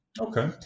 Okay